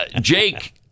Jake